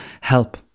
Help